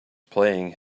playing